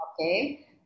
Okay